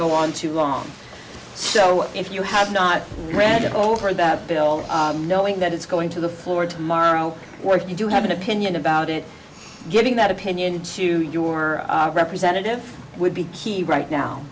go on too long so if you have not read it over that bill knowing that it's going to the floor tomorrow work you do have an opinion about it getting that opinion to your representative would be key right now